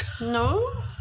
No